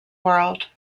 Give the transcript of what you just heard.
world